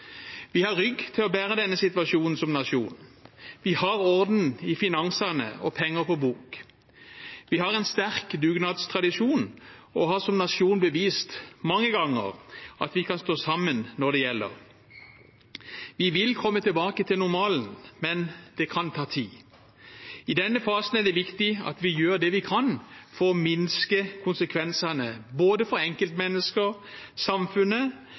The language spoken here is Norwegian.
Vi har som nasjon rygg til å bære denne situasjonen. Vi har orden i finansene og penger på bok. Vi har en sterk dugnadstradisjon og har som nasjon bevist mange ganger at vi kan stå sammen når det gjelder. Vi vil komme tilbake til normalen, men det kan ta tid. I denne fasen er det viktig at vi gjør det vi kan for å minske konsekvensene både for enkeltmennesker og for samfunnet,